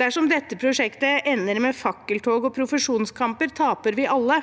Dersom dette prosjektet ender med fakkeltog og profesjonskamper, taper vi alle,